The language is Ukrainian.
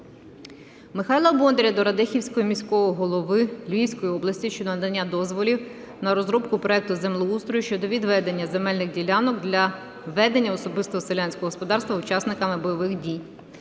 Михайла Бондаря до Радехівського міського голови Львівської області щодо надання дозволів на розробку проекту землеустрою щодо відведення земельних ділянок для ведення особистого селянського господарства учасникам бойових дій.